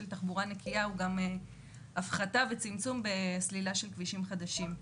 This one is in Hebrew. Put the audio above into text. תחבורה נקיה הוא גם הפחתה וצמצום בסלילה של כבישים חדשים.